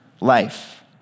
life